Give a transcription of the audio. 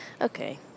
Okay